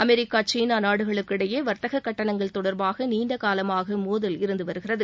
America China நாடுகளுக்கு இடையே வர்த்தக கட்டணங்கள் தொடர்பாக நீண்டகாலமாக மோதல் இருந்து வருகிறது